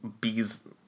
bees